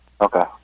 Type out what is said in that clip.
Okay